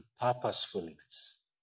purposefulness